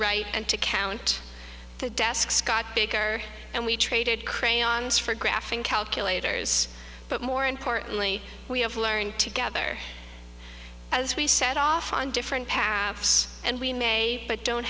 write and to count the desks got bigger and we traded crayons for graphing calculators but more importantly we have learned together as we set off on different paths and we may but don't